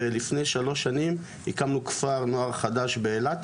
ולפני שלוש שנים הקמנו כפר נוער חדש באילת,